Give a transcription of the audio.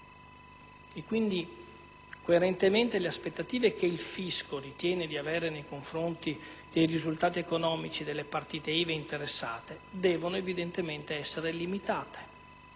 e quindi, coerentemente, le aspettative che il fisco ritiene di avere nei confronti dei risultati economici delle partite IVA interessate devono essere limitate.